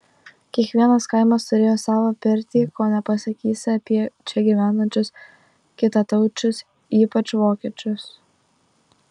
kiekvienas kaimas turėjo savą pirtį ko nepasakysi apie čia gyvenančius kitataučius ypač vokiečius